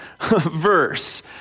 verse